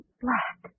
black